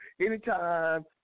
anytime